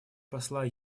посла